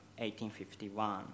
1851